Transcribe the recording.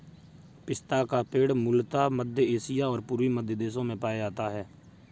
पिस्ता का पेड़ मूलतः मध्य एशिया और पूर्वी मध्य देशों में पाया जाता है